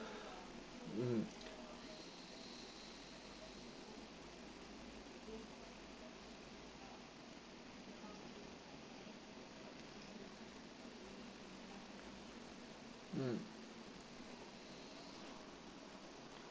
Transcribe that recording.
mm